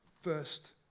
first